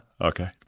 okay